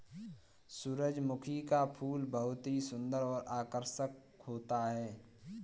सुरजमुखी का फूल बहुत ही सुन्दर और आकर्षक होता है